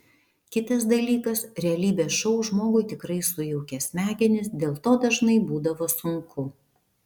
kitas dalykas realybės šou žmogui tikrai sujaukia smegenis dėl to dažnai būdavo sunku